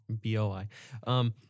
B-O-I